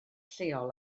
lleol